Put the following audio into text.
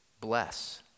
Bless